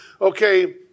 okay